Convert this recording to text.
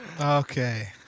Okay